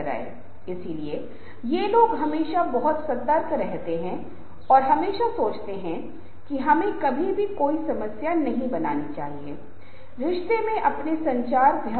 अपने व्यक्तिगत अनुभव से हम यह भी कह सकते हैं कि समूह का कामकाज या समूह में बोलना तभी प्रभावी होता है जब समूहों के सदस्य एक दूसरे के लिए समझ पसंद कर रहे हों